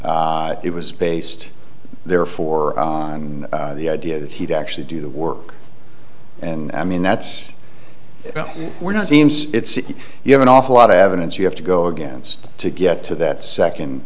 it was based therefore the idea that he'd actually do the work and i mean that's were not seems you have an awful lot of evidence you have to go against to get to that second